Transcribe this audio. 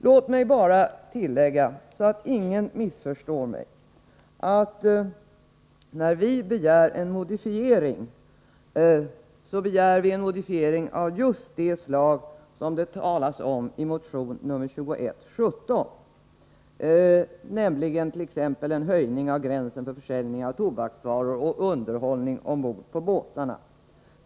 Låt mig bara, så att ingen missförstår mig, tillägga att vi begär en modifiering av just det slag som det talas om i motion nr 2117, nämligen t.ex. en höjning av gränsen för försäljning av tobaksvaror och underhållning ombord på båtarna.